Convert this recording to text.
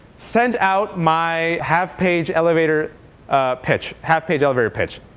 send out my half-page elevator pitch, half-page elevator pitch.